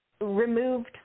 removed